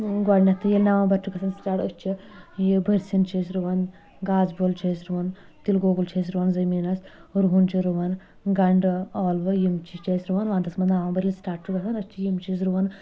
گۄڈٕنٮ۪تھے ییٚلہِ نومبر چھُ گژھان سِٹاٹ أسۍ چھ یہِ بٔرۍ سِنۍ چھِ أسۍ رُوان گاسہٕ بیول چھِ أسۍ رُوان تلہ گوگُل چھِ أسۍ رُوان زٔمیٖنس رُہن چھِ رُوان گنٛڈٕ ٲلوٕ یِم چھِ أسۍ رُوان ونٛدس منٛز نومبر ییٚلہِ سِٹاٹ چھُ گژھان أس چھِ یِم چیٖز رُوان